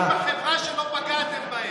אין חלשים בחברה שלא פגעתם בהם.